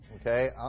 Okay